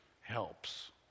helps